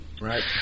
right